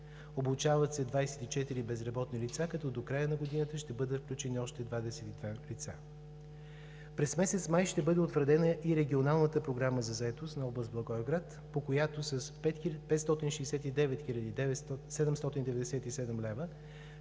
Обучават се 24 безработни лица, като до края на годината ще бъдат включени още 22 лица. През месец май ще бъде утвърдена и Регионалната програма за заетост на област Благоевград, по която с 569 хил.